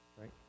right